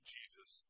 Jesus